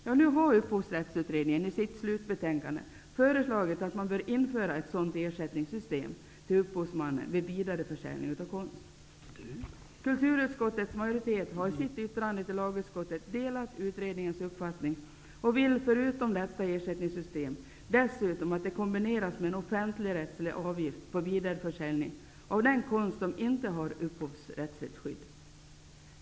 Nu föreslår upphovsrättsutredningen i sitt slutbetänkande att ett sådant system för ersättning till upphovsmannen vid vidareförsäljning av konst bör införas. Kulturutskottets majoritet delar, det framgår av dess yttrande till lagutskottet, utredningens uppfattning och vill förutom att detta ersättningssystem införs också att det kombineras med en offentligrättslig avgift på vidareförsäljning av den konst som inte har upphovsrättsligt skydd.